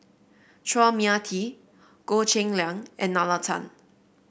Chua Mia Tee Goh Cheng Liang and Nalla Tan